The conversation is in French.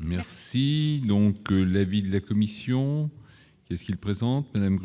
Merci donc l'avis de la commission, ce qu'il présente Madame.